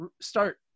start